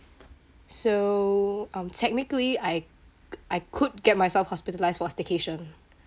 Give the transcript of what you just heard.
so um technically I I could get myself hospitalised for staycation